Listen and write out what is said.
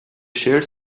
shares